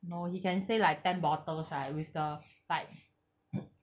no he can say like ten bottles with the like